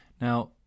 Now